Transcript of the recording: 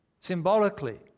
symbolically